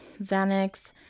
Xanax